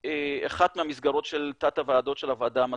באחת המסגרות של תת הוועדות של הוועדה המתמדת,